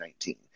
2019